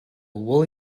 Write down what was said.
will